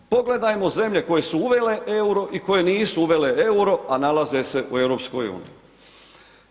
Pogledajmo zemlje koje su uvele euro i koje nisu uvele euro a nalaze se po EU-u.